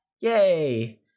Yay